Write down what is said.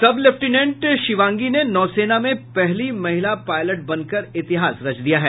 सब लेफ्टिनेंट शिवांगी ने नौसेना में पहली महिला पायलट बनकर इतिहास रच दिया है